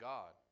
God